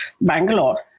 Bangalore